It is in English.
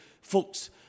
folks